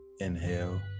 Inhale